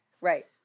Right